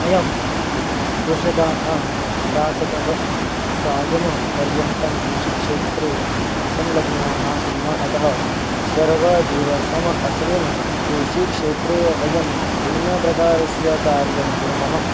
अयं कृषकः प्राततः सायं पर्यन्तं कृषिक्षेत्रे संलग्नाः स्मः अतः सर्वादिवसम् असमिन् कृषिक्षेत्रे वयं भिन्नप्रकारस्य कार्यं कुर्मः